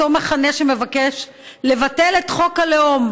אותו מחנה שמבקש לבטל את חוק הלאום.